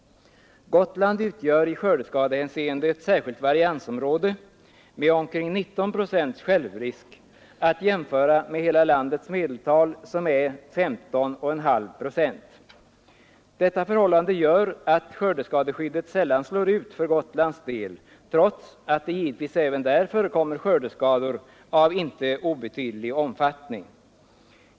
Gotland utgör i skördeskadehänseende ett särskilt variansområde med omkring 19 procents självrisk, vilket bör jämföras med hela landets medeltal som är 15,5 procent. Detta förhållande gör att skördeskadeskyddet sällan träder i kraft för Gotlands del, trots att det givetvis även där förekommer skördeskador av inte obetydlig omfattning.